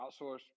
outsource